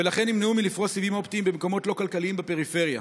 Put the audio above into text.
ולכן נמנעו מלפרוס סיבים אופטיים במקומות לא כלכליים בפריפריה.